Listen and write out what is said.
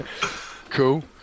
cool